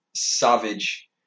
savage